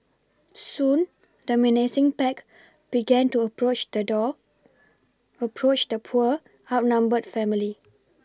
soon the menacing pack began to approach the door approach the poor outnumbered family